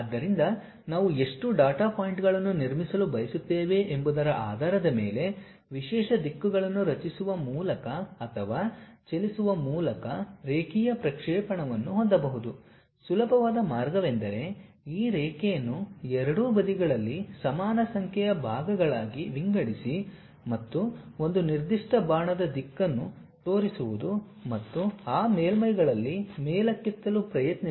ಆದ್ದರಿಂದ ನಾವು ಎಷ್ಟು ಡಾಟಾ ಪಾಯಿಂಟ್ಗಳನ್ನು ನಿರ್ಮಿಸಲು ಬಯಸುತ್ತೇವೆ ಎಂಬುದರ ಆಧಾರದ ಮೇಲೆ ವಿಶೇಷ ದಿಕ್ಕುಗಳನ್ನು ರಚಿಸುವ ಮೂಲಕ ಅಥವಾ ಚಲಿಸುವ ಮೂಲಕ ರೇಖೀಯ ಪ್ರಕ್ಷೇಪಣವನ್ನು ಹೊಂದಬಹುದು ಸುಲಭವಾದ ಮಾರ್ಗವೆಂದರೆ ಈ ರೇಖೆಯನ್ನು ಎರಡೂ ಬದಿಗಳಲ್ಲಿ ಸಮಾನ ಸಂಖ್ಯೆಯ ಭಾಗಗಳಾಗಿ ವಿಂಗಡಿಸಿ ಮತ್ತು ಒಂದು ನಿರ್ದಿಷ್ಟ ಬಾಣದ ದಿಕ್ಕನ್ನು ತೋರಿಸುವುದು ಮತ್ತು ಆ ಮೇಲ್ಮೈಗಳಲ್ಲಿ ಮೇಲಕ್ಕೆತ್ತಲು ಪ್ರಯತ್ನಿಸಿ